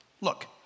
Look